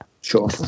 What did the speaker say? Sure